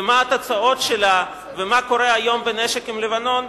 מה התוצאות שלה ומה קורה היום בנושא הנשק בלבנון?